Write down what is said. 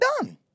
done